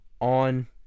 on